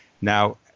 Now